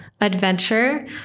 adventure